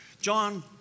John